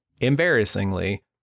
embarrassingly